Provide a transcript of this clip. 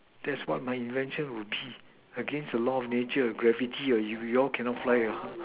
that's what my invention would be against the law of nature of gravity you you all cannot fly mah